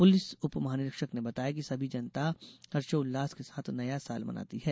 police उपमहानिरीक्षक ने बताया कि सभी जनता हर्षोल्लास के साथ नया साल मनाती है